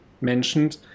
mentioned